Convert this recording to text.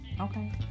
Okay